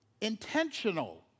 intentional